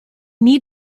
need